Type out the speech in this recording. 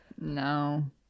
No